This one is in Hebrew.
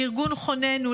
לארגון חוננו,